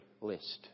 list